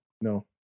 No